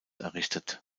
errichtet